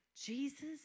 Jesus